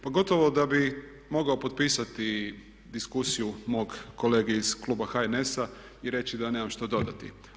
Pa gotovo da bih mogao potpisati i diskusiju mog kolege iz kluba HNS-a i reći da nemam što dodati.